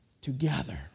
together